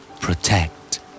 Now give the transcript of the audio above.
Protect